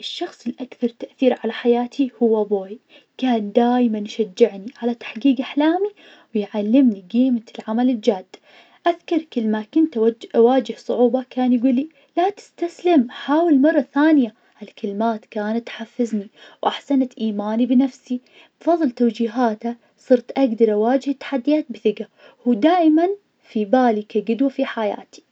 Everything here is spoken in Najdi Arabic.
الشخص الأكثر تأثير على حياتي هو ابوي, كان دايماً يشجعني على تحقيق أحلامي, ويعلمني قيمة العمل الجاد, أذكر كل لما كنت أواجه صعوبة كان يقول لي لا تستسلم, حاول مرة ثانية, هالكلمات كانت تحفزني, وأحسنت إيماني بنفسي, بفضل توجيهاته صرت أقدر أواجه التحديات بثقة, ودائما في بالي كقدوة في حياتي.